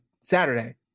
Saturday